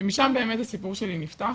ומשם באמת הסיפור שלי נפתח.